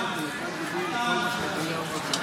תזמון,